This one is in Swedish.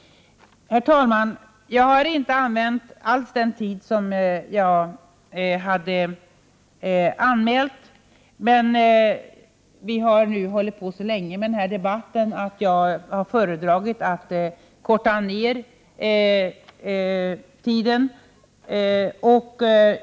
Herr talman! Jag har inte utnyttjat den taletid som jag anmält mig för. Eftersom vi har hållit på så länge med den här debatten, föredrog jag nämligen att korta ned mitt anförande.